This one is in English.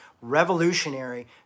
revolutionary